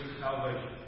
salvation